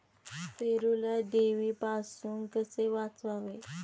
पेरूला देवीपासून कसे वाचवावे?